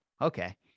okay